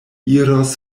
iros